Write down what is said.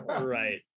right